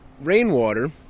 rainwater